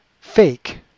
Fake